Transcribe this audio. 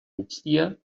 migdia